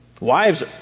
Wives